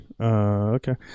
Okay